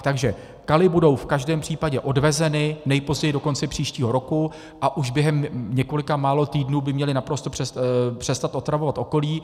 Takže kaly budou v každém případě odvezeny nejpozději do konce příštího roku a už během několika málo týdnů by měly naprosto přestat otravovat okolí.